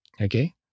okay